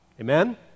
Amen